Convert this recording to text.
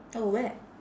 oh where